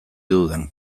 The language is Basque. dudan